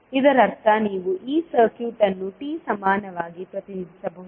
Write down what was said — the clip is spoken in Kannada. ಇದರರ್ಥ ನೀವು ಈ ಸರ್ಕ್ಯೂಟ್ ಅನ್ನು T ಸಮಾನವಾಗಿ ಪ್ರತಿನಿಧಿಸಬಹುದು